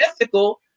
ethical